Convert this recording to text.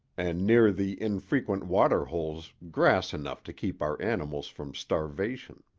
and near the infrequent water-holes grass enough to keep our animals from starvation.